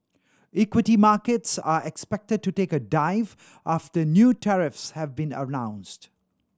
equity markets are expected to take a dive after new tariffs have been announced